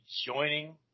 joining